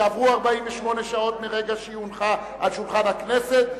שעברו 48 שעות מרגע שהיא הונחה על שולחן הכנסת,